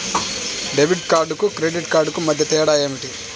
Debit కార్డుకు credit కార్డుకు మధ్య తేడా ఏమిటీ?